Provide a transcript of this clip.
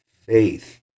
faith